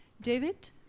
David